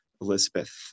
Elizabeth